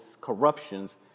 corruptions